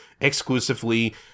exclusively